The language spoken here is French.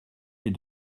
est